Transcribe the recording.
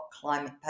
climate